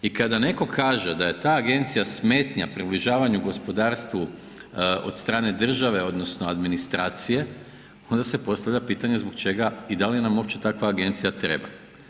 I kada netko kaže da je ta agencija smetnja približavanju gospodarstvu od strane države, odnosno administracije, onda se postavlja pitanje zbog čega i dali nam uopće takva agencija treba.